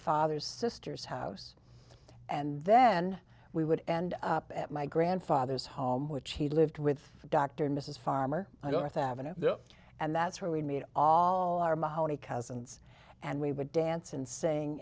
father's sister's house and then we would end up at my grandfather's home which he lived with dr and mrs farmer i don't know and that's where we made all our mahoney cousins and we would dance and saying